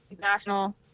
national